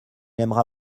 aimera